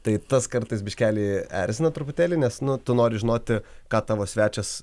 tai tas kartais biškelį erzina truputėlį nes nu tu nori žinoti ką tavo svečias